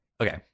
Okay